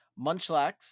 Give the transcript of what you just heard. Munchlax